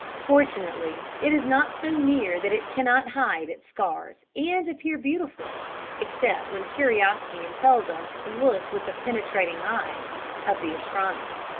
fortunately, it is not so near that it cannot hide its scars and appear beautiful except when curiosity impels us to look with the penetrating eyes of the astronomer.